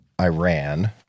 Iran